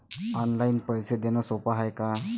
Online पैसे देण सोप हाय का?